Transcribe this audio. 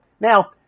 Now